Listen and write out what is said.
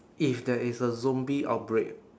if there is a zombie outbreak